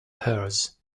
hers